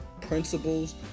Principles